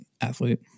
athlete